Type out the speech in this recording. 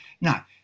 Now